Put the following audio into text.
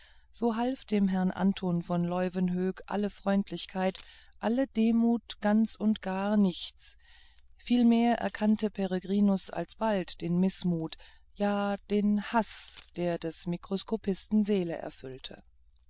so half dem herrn anton von leuwenhoek alle freundlichkeit alle demut ganz und gar nichts vielmehr erkannte peregrinus alsbald den mißmut ja den haß der des mikroskopisten seele erfüllte